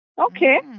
Okay